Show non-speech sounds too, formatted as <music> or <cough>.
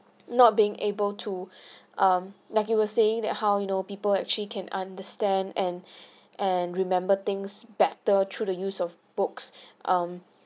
not being able to <breath> um like you were saying that how you know people actually can understand and <breath> and remember things better through the use of books um